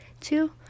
two